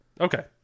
Okay